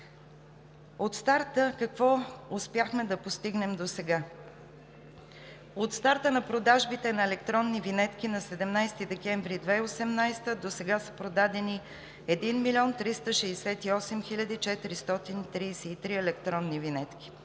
От старта на продажбите на електронни винетки на 17 декември 2018 г. досега са продадени 1 млн. 368 хил. 433 електронни винетки